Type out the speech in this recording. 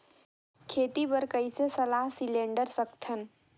खेती बर कइसे सलाह सिलेंडर सकथन?